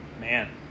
Man